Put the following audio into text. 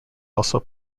also